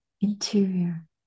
interior